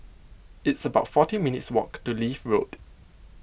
it's about forty minutes walk to Leith Road